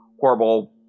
horrible